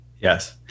Yes